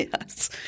Yes